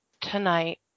tonight